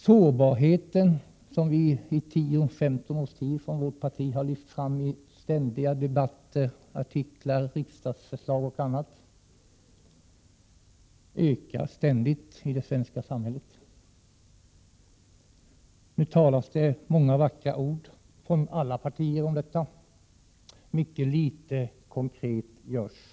Sårbarheten, som vi från vårt partis sida i 10-15 års tid har lyft fram i debatter, artiklar, riksdagsförslag m.m., ökar ständigt i det svenska samhället. Nu talar alla partier många vackra ord om detta, men mycket litet konkret görs.